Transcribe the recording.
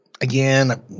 again